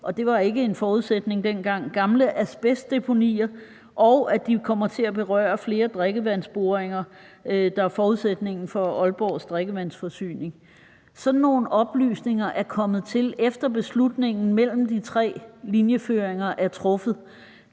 – det var ikke en forudsætning dengang – dels kommer til at berøre flere drikkevandsboringer, der er forudsætningen for Aalborgs drikkevandsforsyning. Sådan nogle oplysninger er kommet til, efter at beslutningen mellem de tre linjeføringer er truffet,